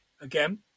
again